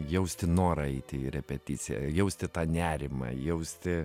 jausti norą eiti į repeticiją jausti tą nerimą jausti